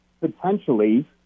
potentially